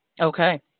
Okay